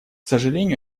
сожалению